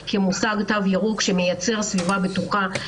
שמייצר סביבה בטוחה,